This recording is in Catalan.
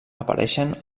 apareixen